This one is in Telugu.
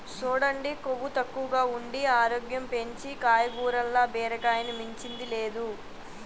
సూడండి కొవ్వు తక్కువగా ఉండి ఆరోగ్యం పెంచీ కాయగూరల్ల బీరకాయని మించింది లేదు